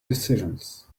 decisions